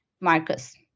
Marcus